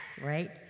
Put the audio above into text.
Right